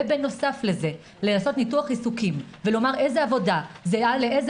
ובנוסף לזה לעשות ניתוח עיסוקים ולומר איזה עבודה זהה לאיזה